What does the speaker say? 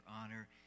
honor